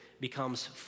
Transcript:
becomes